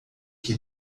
que